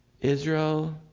Israel